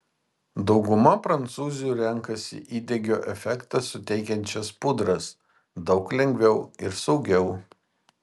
dauguma prancūzių renkasi įdegio efektą suteikiančias pudras daug lengviau ir saugiau